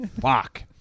Fuck